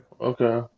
Okay